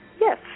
Yes